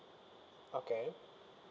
okay